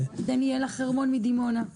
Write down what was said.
דניאלה חרמון מדימונה.